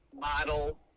model